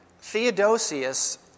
Theodosius